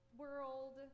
world